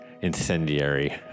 incendiary